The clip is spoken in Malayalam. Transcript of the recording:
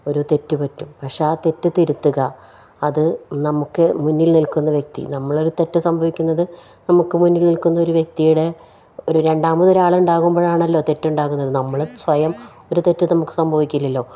ഒരു തെറ്റു പറ്റും പക്ഷെ ആ തെറ്റു തിരുത്തുക അതു നമുക്കു മുന്നിൽ നിൽക്കുന്ന വ്യക്തി നമ്മളൊരു തെറ്റു സംഭവിക്കുന്നതു നമുക്കു മുന്നിൽ നിൽക്കുന്ന ഒരു വ്യക്തിയുടെ ഒരു രണ്ടാമതൊരാളുണ്ടാകുമ്പോഴാണല്ലോ തെറ്റുണ്ടാകുന്നത് നമ്മള് സ്വയം ഒരു തെറ്റു നമുക്കു സംഭവിക്കില്ലല്ലോ